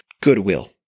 goodwill